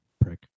Prick